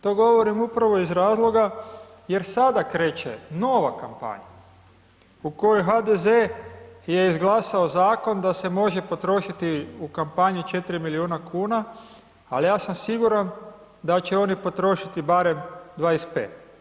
To govorim upravo iz razloga jer sada kreće nova kampanja u kojoj HDZ je izglasao zakon da se može potrošiti u kampanji 4 miliona kuna, ali ja sam siguran da će oni potrošiti barem 25.